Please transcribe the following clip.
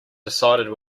decided